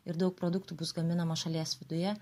ir daug produktų bus gaminama šalies viduje